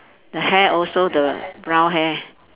the hair also the brown hair